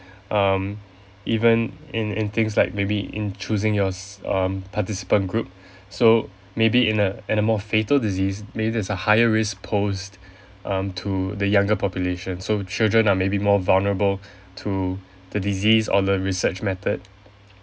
um even in in things like maybe in choosing your s~ um participant group so maybe in a in a more fatal disease maybe there's a higher risk posed um to the younger population so children are maybe more vulnerable to the disease or the research method